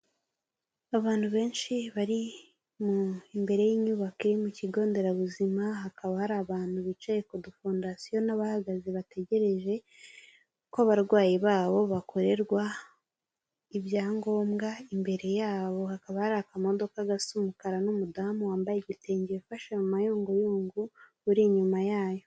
Abantu benshi bari mu imbere y'inyubako iri mu kigo nderabuzima hakaba hari abantu bicaye kudufondasiyo n'abahagaze bategereje ko abarwayi babo bakorerwa ibyangombwa, imbere yabo hakaba hari akamodoka gasa umukara n'umudamu wambaye igitenge ufashe mu mayunguyungu uri inyuma yayo.